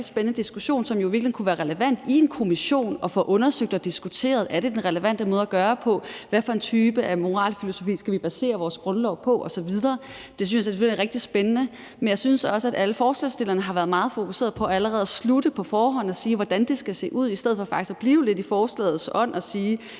spændende diskussion, som i virkeligheden kunne være relevant at få undersøgt og diskuteret i en kommission: Er det den relevante måde at gøre det på? Hvad for en type af moralfilosofi skal vi basere vores grundlov på osv.? Det synes jeg selvfølgelig er rigtig spændende, men jeg synes også, at alle forslagsstillerne har været meget fokuseret på allerede at slutte på forhånd og sige, hvordan det skal se ud, i stedet for faktisk at blive lidt i forslagets ånd og sige: